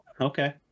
Okay